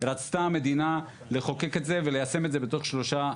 רצתה המדינה לחוקק את זה וליישם את זה בתוך שלושה,